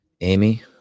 Amy